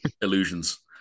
illusions